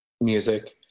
music